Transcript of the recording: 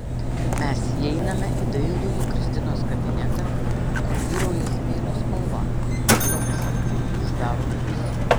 mes įeiname į dailųjį kristinos kabinetą kur vyrauja smėlio spalva bei zomša ir ji uždaro duris